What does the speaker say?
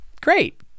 great